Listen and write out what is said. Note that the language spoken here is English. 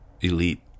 elite